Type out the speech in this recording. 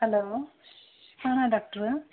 hello ಹಾಂ doctor